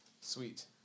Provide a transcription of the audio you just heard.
Sweet